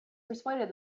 persuaded